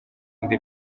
indi